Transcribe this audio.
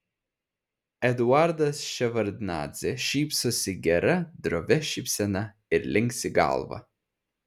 eduardas ševardnadzė šypsosi gera drovia šypsena ir linksi galva